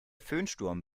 föhnsturm